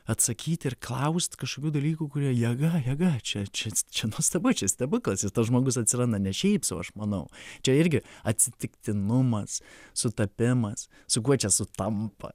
atsakyti ir klaust kažkokių dalykų kurie jėga jėga čia čia čia nuostabu čia stebuklas ir tas žmogus atsiranda ne šiaip sau aš manau čia irgi atsitiktinumas sutapimas su kuo čia sutampa